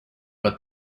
but